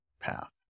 path